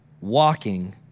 walking